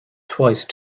twice